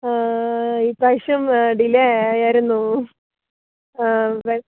ഇപ്രാവശ്യവും delay ആയായിരുന്നു